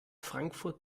frankfurt